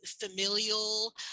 familial